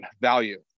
value